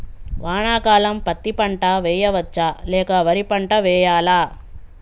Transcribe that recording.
వానాకాలం పత్తి పంట వేయవచ్చ లేక వరి పంట వేయాలా?